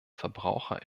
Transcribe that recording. verbraucher